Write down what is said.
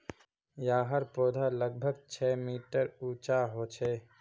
याहर पौधा लगभग छः मीटर उंचा होचे